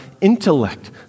intellect